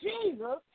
Jesus